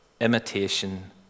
imitation